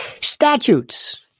Statutes